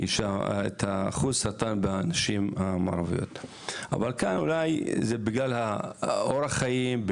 האחוז הקטן בנשים המערביות אבל אולי זה בגלל אורך חיים,